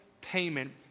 payment